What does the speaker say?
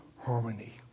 harmony